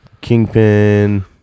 kingpin